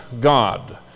God